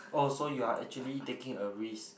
oh so you are actually taking a risk